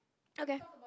okay